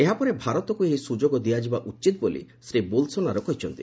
ଏହାପରେ ଭାରତକ୍ତ ଏହି ସ୍ରଯୋଗ ଦିଆଯିବା ଉଚିତ୍ ବୋଲି ଶ୍ରୀ ବୋଲସୋନାରୋ କହିଛନ୍ତି